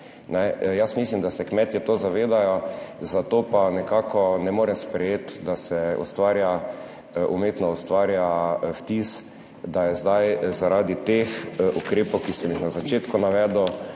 Jaz mislim, da se kmetje to zavedajo, zato pa nekako ne more sprejeti, da se ustvarja, umetno ustvarja vtis, da je zdaj zaradi teh ukrepov, ki sem jih na začetku navedel